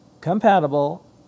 compatible